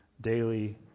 daily